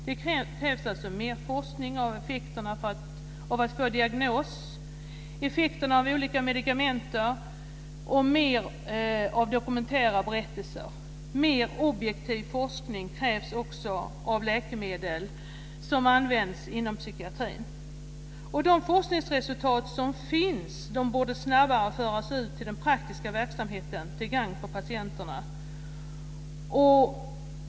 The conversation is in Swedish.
Det behövs alltså mer forskning av effekterna, av att få diagnos, effekterna av olika medikament och mer av dokumentära berättelser. Mer objektiv forskning krävs också av läkemedel som används inom psykiatrin. De forskningsresultat som finns borde snabbare föras ut till den praktiska verksamheten till gagn för patienterna.